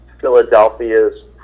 Philadelphia's